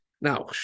Now